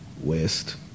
West